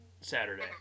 Saturday